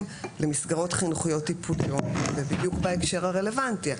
למסגרות חינוכיות-טיפוליות ובדיוק בהקשר הרלוונטי?